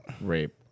rape